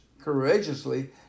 courageously